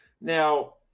now